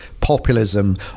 populism